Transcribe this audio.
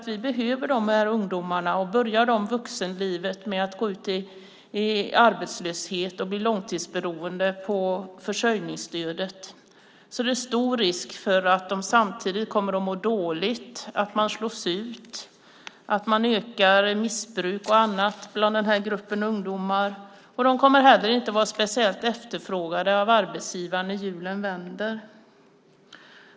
Vi behöver de här ungdomarna, och börjar de vuxenlivet med att gå ut i arbetslöshet och blir långtidsberoende av försörjningsstödet är det stor risk för att de samtidigt kommer att må dåligt, att de slås ut och att missbruk och annat ökar i den här gruppen ungdomar, och de kommer heller inte att vara speciellt efterfrågade av arbetsgivare när hjulen börjar snurra igen.